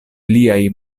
liaj